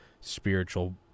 spiritual